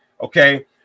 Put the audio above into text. Okay